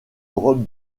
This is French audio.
robe